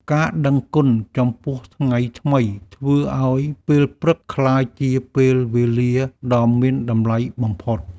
ការដឹងគុណចំពោះថ្ងៃថ្មី ធ្វើឱ្យពេលព្រឹកក្លាយជាពេលវេលាដ៏មានតម្លៃបំផុត។